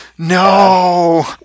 no